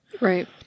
Right